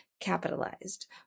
capitalized